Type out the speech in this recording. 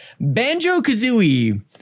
Banjo-Kazooie